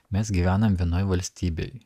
mes gyvenam vienoj valstybėj